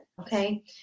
okay